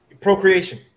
procreation